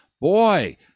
boy